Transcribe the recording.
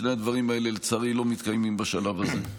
שני הדברים האלה, לצערי, לא מתקיימים בשלב הזה.